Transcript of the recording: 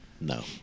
No